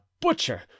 butcher